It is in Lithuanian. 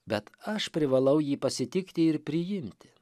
bet aš privalau jį pasitikti ir priimti